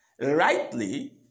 rightly